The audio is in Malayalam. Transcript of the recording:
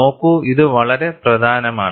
നോക്കൂ ഇത് വളരെ പ്രധാനമാണ്